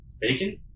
bacon